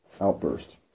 outburst